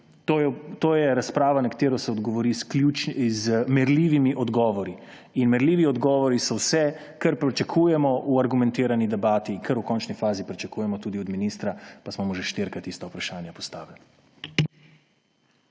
To je razprava, na katero se odgovori z merljivimi odgovori. In merljivi odgovori so vse, kar pričakujemo v argumentirani debati, kar v končni fazi pričakujemo tudi od ministra, pa smo mu že štirikrat ista vprašanja postavili.